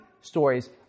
stories